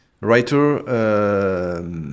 Writer